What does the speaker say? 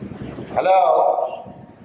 hello